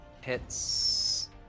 Hits